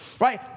Right